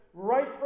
Right